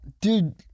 dude